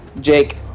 Jake